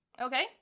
Okay